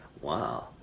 Wow